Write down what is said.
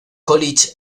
college